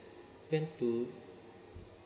went to